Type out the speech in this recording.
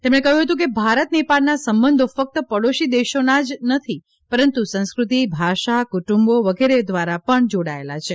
તેમણે કહ્યું હતું કે ભારત નેપાળના સંબંધો ફકત પડોશી દેશોનાં જ નથી પરંતુ સંસ્કૃતિ ભાષા કુટુંબો વગેરે દ્વારા પણ જોડાયેલા છે